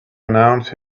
announce